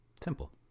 simple